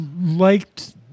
liked